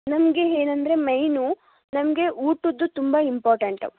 ನಮಗೆ ಏನಂದ್ರೆ ಮೇಯ್ನು ನಮಗೆ ಊಟದ್ದು ತುಂಬ ಇಂಪೋರ್ಟೆಂಟು